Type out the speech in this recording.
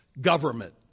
government